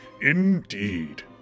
indeed